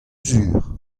sur